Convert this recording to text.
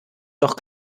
doch